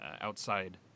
outside